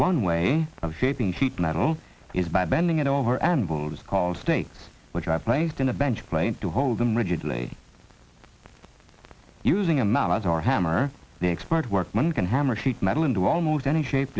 one way of shipping sheet metal is by bending it over and will call states which are placed in a bench plane to hold them rigidly using a mouse or hammer the expert workman can hammer sheet metal into almost any shape